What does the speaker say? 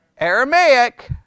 Aramaic